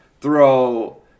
throw